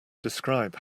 describe